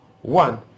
One